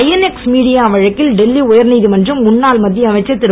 INX media வழக்கில் டெல்லி உயர்நீதிமன்றம் முன்னாள் மத்திய அமைச்சர் திரு